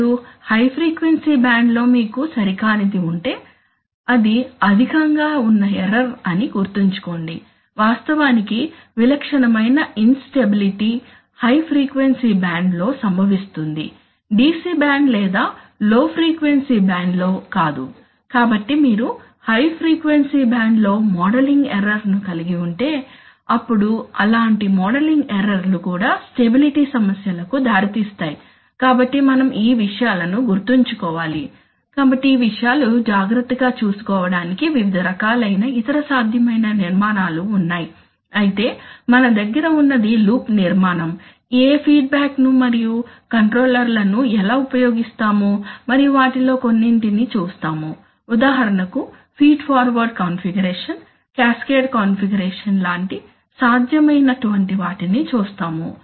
ఇప్పుడు high frequency బ్యాండ్లో మీకు సరికానిది ఉంటే అది అధికంగా ఉన్న ఎర్రర్ అని గుర్తుంచుకోండి వాస్తవానికి విలక్షణమైన ఇన్స్టెబిలిటీ హై ఫ్రీక్వెన్సీ బ్యాండ్లో సంభవిస్తుంది DC బ్యాండ్ లేదా లో ఫ్రీక్వెన్సీ బ్యాండ్లో కాదు కాబట్టి మీరు హై ఫ్రీక్వెన్సీ బ్యాండ్లో మోడలింగ్ ఎర్రర్ ను కలిగి ఉంటే అప్పుడు అలాంటి మోడలింగ్ ఎర్రర్ లు కూడా స్టెబిలిటీ సమస్యలకు దారి తీస్తాయి కాబట్టి మనం ఈ విషయాలను గుర్తుంచుకోవాలి కాబట్టి ఈ విషయాలను జాగ్రత్తగా చూసుకోవటానికి వివిధ రకాలైన ఇతర సాధ్యమైన నిర్మాణాలు ఉన్నాయి అయితే మన దగ్గర ఉన్నది లూప్ నిర్మాణం ఏ ఫీడ్బ్యాక్ ను మరియు కంట్రోలర్ లను ఎలా ఉపయోగిస్తాము మరియు వాటిలో కొన్నింటిని చూస్తాము ఉదాహరణకు feed forward configuration cascade configuration లాంటి సాధ్యమైనటువంటి వాటిని చూస్తాము